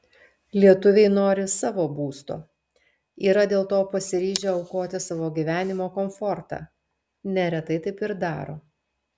lietuviai nori savo būsto yra dėl to pasiryžę aukoti savo gyvenimo komfortą neretai taip ir daro